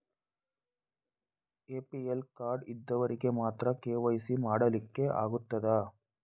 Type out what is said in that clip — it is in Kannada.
ಎ.ಪಿ.ಎಲ್ ಕಾರ್ಡ್ ಇದ್ದವರಿಗೆ ಮಾತ್ರ ಕೆ.ವೈ.ಸಿ ಮಾಡಲಿಕ್ಕೆ ಆಗುತ್ತದಾ?